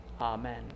Amen